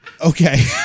Okay